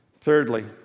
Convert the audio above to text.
Thirdly